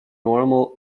normal